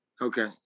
Okay